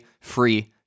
free